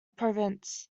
province